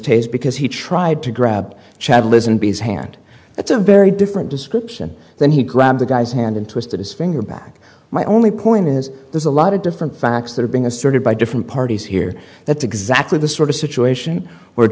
tasered because he tried to grab chad listen to his hand that's a very different description then he grabbed the guy's hand and twisted his finger back my only point is there's a lot of different facts that are being asserted by different parties here that's exactly the sort of situation we're